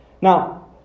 Now